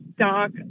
Doc